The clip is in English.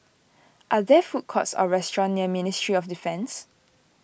are there food courts or restaurants near Ministry of Defence